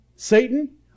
Satan